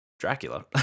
Dracula